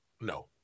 No